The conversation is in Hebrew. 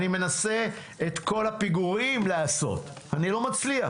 אני מנסה את כל הפיגורים לעשות, אני לא מצליח.